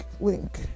link